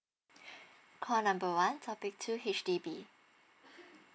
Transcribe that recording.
call number one topic two H_D_B